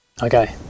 Okay